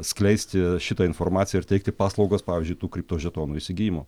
skleisti šitą informaciją ir teikti paslaugas pavyzdžiui tų kriptožetonų įsigijimo